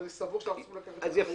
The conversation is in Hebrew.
ואני סבור שאנחנו צריכים לקחת אחריות